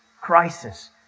crisis